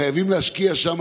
חייבים להשקיע שם,